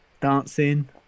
dancing